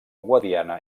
guadiana